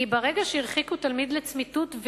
כי ברגע שהרחיקו תלמיד לצמיתות,